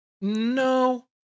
No